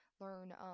learn